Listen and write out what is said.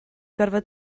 gorfod